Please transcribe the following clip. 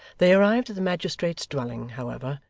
they arrived at the magistrate's dwelling, however,